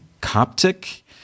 Coptic